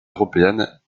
européennes